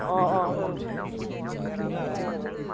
अह अह दे फैबानो जाबाय